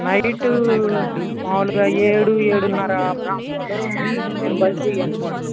night మామూలుగా ఏడు ఏడున్నర ఆ ప్రాంతంలో నేను బస్సు దిగాను సార్